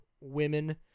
women